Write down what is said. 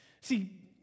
See